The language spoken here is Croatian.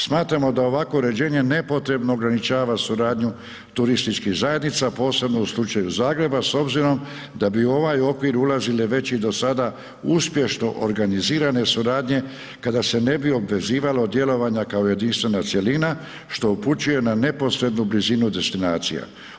Smatramo da ovakvo uređenje nepotrebno ograničava suradnju turističkih zajednica, a posebno u slučaju Zagreba s obzirom da bi u ovaj okvir ulazili već i do sada uspješno organizirane suradnje kada se ne bi obvezivalo od djelovanja kao jedinstvena cjelina što upućuje na neposrednu blizinu destinacija.